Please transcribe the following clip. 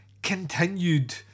continued